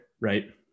right